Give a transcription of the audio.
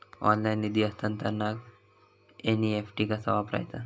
Online निधी हस्तांतरणाक NEFT कसा वापरायचा?